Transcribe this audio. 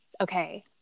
okay